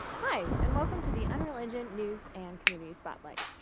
hi, and welcome to the unreal engine news and community spotlight.